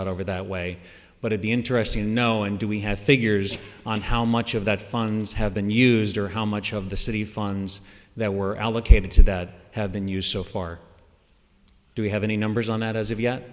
out over that way but it be interesting to know and do we have figures on how much of that funds have been used or how much of the city funds that were allocated to that have been used so far do we have any numbers on that as of yet